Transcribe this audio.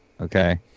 Okay